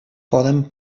poden